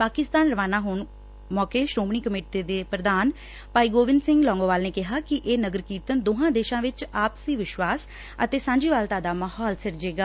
ਪਾਕਿਸਤਾਨ ਰਵਾਨਾ ਹੋਣ ਮੌਕੇ ਸ਼ੋਮਣੀ ਕਮੇਟੀ ਪ੍ਰਧਾਨ ਭਾਈ ਗੋਬਿੰਦ ਸਿੰਘ ਲੌਂਗੋਵਾਲ ਨੇ ਕਿਹਾ ਕਿ ਇਹ ਨਗਰ ਕੀਰਤਨ ਦੋਹਾਂ ਦੇਸ਼ਾਂ ਚ ਆਪਸੀ ਵਿਸ਼ਵਾਸ ਅਤੇ ਸਾਂਝੀਵਾਲਤਾ ਦਾ ਮਾਹੌਲ ਸਿਰਜੇਗਾ